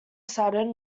saturn